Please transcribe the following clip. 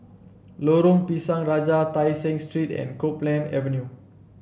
Lorong Pisang Raja Tai Seng Street and Copeland Avenue